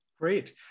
Great